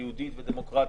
ליהודית ודמוקרטית.